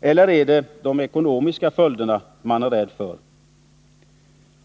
Eller är det de ekonomiska följderna man är rädd för?